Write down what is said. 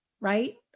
right